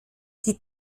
die